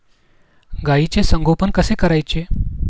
गाईचे संगोपन कसे करायचे?